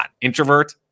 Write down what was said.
introvert